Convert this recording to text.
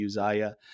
Uzziah